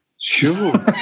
Sure